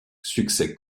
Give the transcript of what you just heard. succès